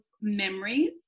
memories